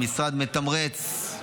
המשרד מתמרץ,